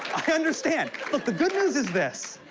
i understand, but the good news is this.